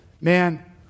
man